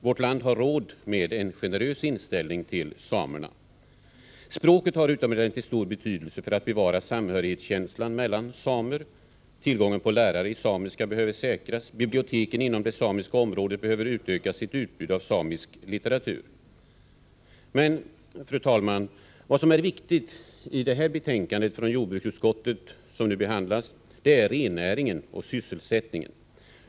Vårt land har råd med en generös inställning till samerna. Språket har utomordentligt stor betydelse för att bevara samhörighetskänslan mellan samer. Tillgången på lärare i samiska behöver säkras. Biblioteken inom det samiska området behöver utöka sitt utbud av samisk litteratur. Men, fru talman, vad som är viktigt i det betänkande från jordbruksutskottet som nu behandlas är rennäringen och sysselsättningen.